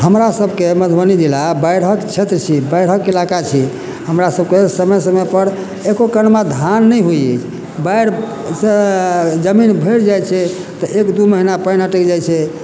हमरा सबके मधुबनी जिला बाढ़िक क्षेत्र छी बाढ़िक इलाका छी हमरा सबके समय समय पर एको कनमा धान नहि होइ अछि बाढ़िसॅं जमीन भरि जाइ छै तऽ एक दू महीना पाइन अटै जाय छै